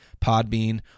Podbean